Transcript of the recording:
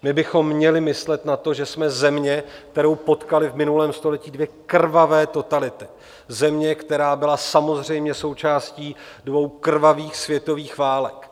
My bychom měli myslet na to, že jsme země, kterou potkaly v minulém století dvě krvavé totality, země, která byla samozřejmě součástí dvou krvavých světových válek.